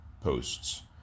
posts